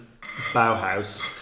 Bauhaus